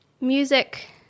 music